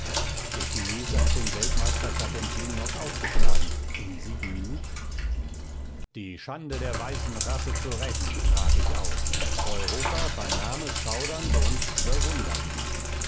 der chinese hat den weltmeister carpentier knock out geschlagen in sieben minuten die schande der weißen rasse zu rächen trat ich auf europa vernahm es schaudernd und bewundernd